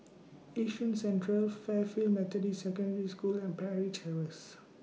Yishun Central Fairfield Methodist Secondary School and Parry Chair Race